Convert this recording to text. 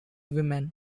women